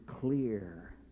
clear